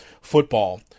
football